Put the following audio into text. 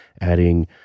adding